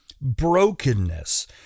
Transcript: brokenness